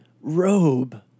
robe